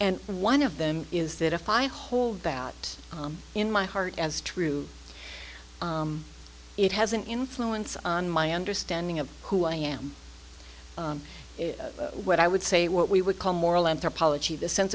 and one of them is that if i hold that in my heart as true it has an influence on my understanding of who i am what i would say what we would call moral anthropology the sense